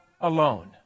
alone